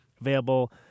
available